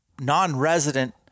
non-resident